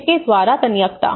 किसके द्वारा तन्यकता